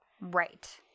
Right